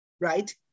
right